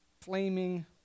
flaming